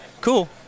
cool